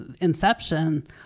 inception